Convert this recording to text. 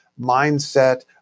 mindset